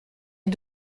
est